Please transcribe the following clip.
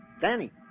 Danny